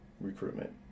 recruitment